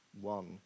one